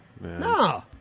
No